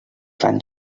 fan